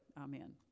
Amen